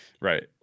right